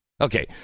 okay